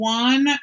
one